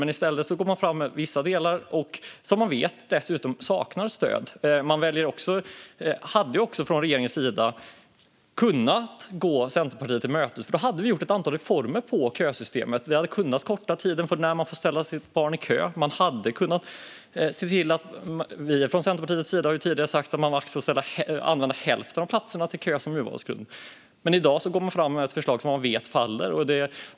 Men i stället går man fram med vissa delar som man dessutom vet saknar stöd. Man hade också från regeringens sida kunnat gå Centerpartiet till mötes, för då hade vi kunnat göra ett antal reformer när det gäller kösystemet. Vi hade kunnat korta tiden för när man får ställa sitt barn i kö. Vi från Centerpartiets sida har tidigare sagt att man skulle få ha kö som urvalsgrund till max hälften av platserna. Men i dag går man fram med ett förslag som man vet faller.